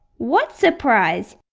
what surprise?